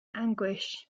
anguish